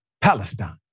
Palestine